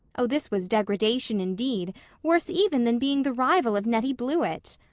oh, this was degradation, indeed worse even than being the rival of nettie blewett!